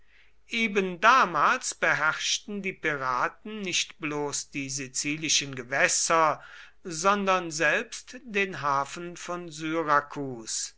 ebendamals beherrschten die piraten nicht bloß die sizilischen gewässer sondern selbst den hafen von syrakus